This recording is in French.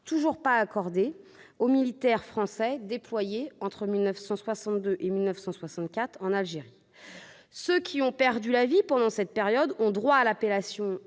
toujours pas accordé aux militaires français déployés en Algérie entre 1962 et 1964 ? Ceux qui ont perdu la vie pendant cette période ont droit à la qualification